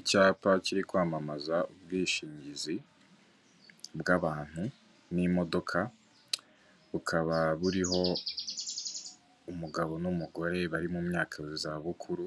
Icyapa kiri kwamamaza ubwishingizi bw'abantu n'imodoka, bukaba buriho umugabo n'umugore bari mu myaka za bukuru,